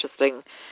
interesting